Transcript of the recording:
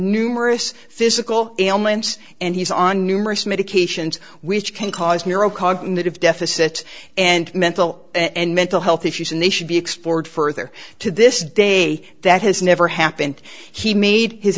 numerous physical ailments and he's on numerous medications which can cause neuro cognitive deficit and mental and mental health issues and they should be explored further to this day that has never happened he made his